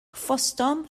fosthom